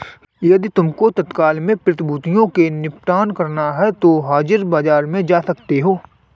यदि तुमको तत्काल में प्रतिभूतियों को निपटान करना है तो हाजिर बाजार में जा सकते हो